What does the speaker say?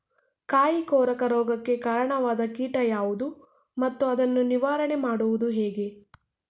ಕಾಯಿ ಕೊರಕ ರೋಗಕ್ಕೆ ಕಾರಣವಾದ ಕೀಟ ಯಾವುದು ಮತ್ತು ಅದನ್ನು ನಿವಾರಣೆ ಮಾಡುವುದು ಹೇಗೆ?